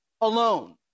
alone